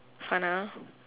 sana